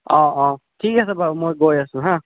অ অ ঠিক আছে বাৰু মই গৈ আছোঁ হা